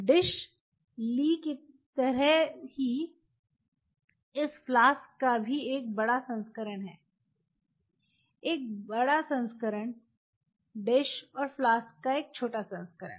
dish ली तरह ही इस फ्लास्क का भी एक बड़ा संस्करण है एक बड़ा संस्करण डिश और फ्लास्क का एक छोटा संस्करण